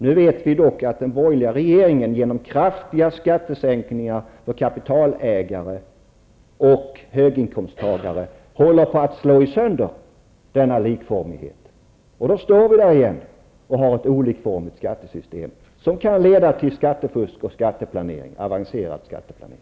Vi vet dock att den borgerliga regeringen genom kraftiga skattesänkningar för kapitalägare och höginkomsttagare håller på att slå sönder denna likformighet. Då kommer vi att stå där igen med ett olikformigt skattesystem, som kan leda till skattefusk och avancerad skatteplanering.